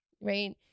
right